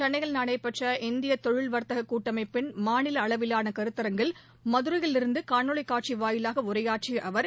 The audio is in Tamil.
சென்னையில் நடைபெற்ற இந்திய தொழில்வர்த்தக கூட்டமைப்பின் மாநில அளவிலான கருத்தரங்கில் மதுரையிலிருந்து காணொலி காட்சி வாயிலாக உரையாற்றிய அவர்